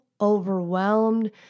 overwhelmed